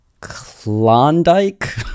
Klondike